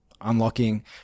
unlocking